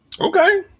Okay